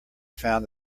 found